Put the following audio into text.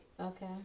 Okay